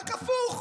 רק הפוך.